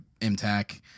MTAC